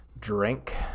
Drink